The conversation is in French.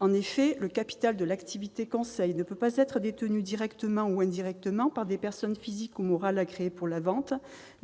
En effet, le capital de l'activité conseil ne peut être détenu directement ou indirectement par des personnes physiques ou morales agréées pour la vente :